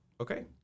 okay